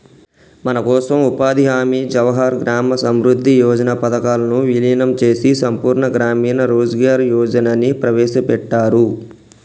మనకోసం ఉపాధి హామీ జవహర్ గ్రామ సమృద్ధి యోజన పథకాలను వీలినం చేసి సంపూర్ణ గ్రామీణ రోజ్గార్ యోజనని ప్రవేశపెట్టారు